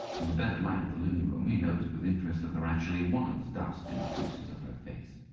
in the better light of the living-room he noticed with interest that there actually was dust in the creases of her face.